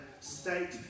state